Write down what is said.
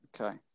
Okay